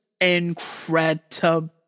incredible